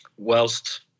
Whilst